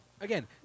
Again